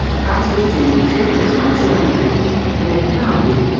access to ridiculous amounts of energy and apparently,